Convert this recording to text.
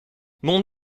mon